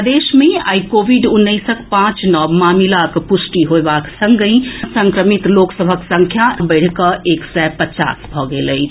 प्रदेश मे आइ कोविड उन्नैसक पांच नव मामिलाक प्रष्टि होएबाक संगहि संक्रमितक संख्या बढ़ि कऽ एक सय पचास भऽ गेल अछि